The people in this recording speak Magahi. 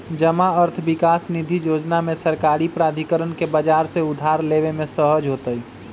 जमा अर्थ विकास निधि जोजना में सरकारी प्राधिकरण के बजार से उधार लेबे में सहज होतइ